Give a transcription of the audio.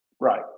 Right